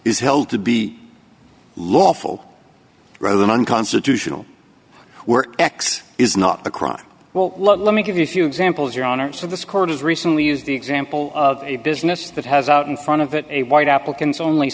is held to be lawful rather than unconstitutional were x is not a crime well let me give you a few examples your honor so this court has recently used the example of a business that has out in front of it a white applicants only